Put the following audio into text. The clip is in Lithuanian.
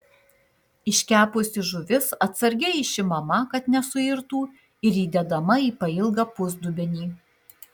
iškepusi žuvis atsargiai išimama kad nesuirtų ir įdedama į pailgą pusdubenį